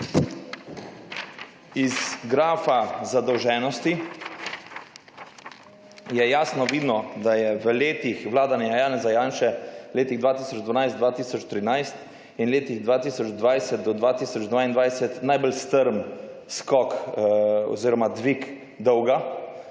Iz grafa zadolženosti je jasno vidno, da je v letih vladanja Janeza Janše, letih 2012, 2013 in letih 2020 do 2022, najbolj strm skok oziroma dvig dolga